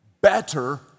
Better